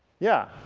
yeah?